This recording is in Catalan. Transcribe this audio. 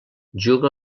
juga